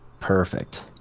Perfect